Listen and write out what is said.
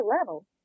level